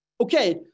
Okay